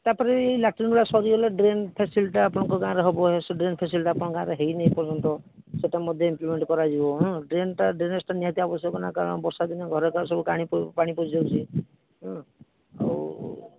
ତାପରେ ଏଇ ଲାଟିନ୍ ଗୁଡ଼ା ସରିଗଲେ ଡ୍ରେନ ଫେସିଲିଟିଟା ଆପଣଙ୍କ ଗାଁରେ ହେବ ସେ ଡ୍ରେନ ଫେସିଲିଟିଟା ଆପଣଙ୍କର ଗାଁରେ ହେଇନି ଏ ପର୍ଯ୍ୟନ୍ତ ସେଇଟା ମଧ୍ୟ ଇମ୍ପ୍ଲିମେଣ୍ଟ କରାଯିବ ଉଁ ଡ୍ରେନଟା ଡ୍ରେନେଜଟା ନିହାତି ଆବଶ୍ୟକ ନା କାରଣ ବର୍ଷାଦିନ ଘରେଏକା ସବୁ ପାଣି ପାଣି ପଶିଯାଉଛି ଉଁ ଆଉ